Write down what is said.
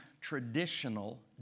traditional